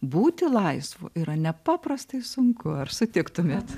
būti laisvu yra nepaprastai sunku ar sutiktumėt